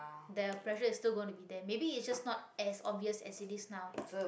the pressure is still going to be there maybe it's just not as obvious as it is now